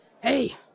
Hey